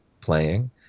playing